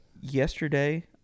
yesterday